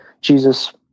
Jesus